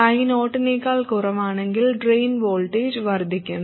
ID I0 നേക്കാൾ കുറവാണെങ്കിൽ drain voltage വർദ്ധിക്കും